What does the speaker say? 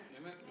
Amen